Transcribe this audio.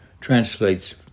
translates